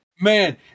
Man